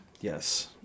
Yes